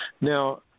now